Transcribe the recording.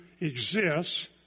exists